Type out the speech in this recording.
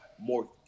more